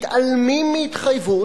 מתעלמים מהתחייבות?